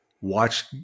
watch –